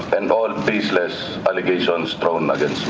and all baseless allegations thrown against